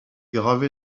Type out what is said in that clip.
gravé